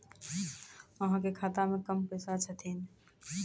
अहाँ के खाता मे कम पैसा छथिन?